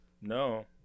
no